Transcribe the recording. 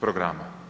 programa.